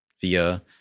via